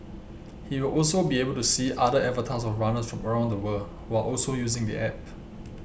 he will be able to see other avatars of runners from around the world who are also using the app